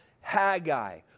Haggai